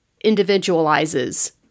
individualizes